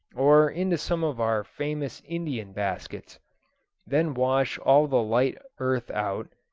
or into some of our famous indian baskets then wash all the light earth out,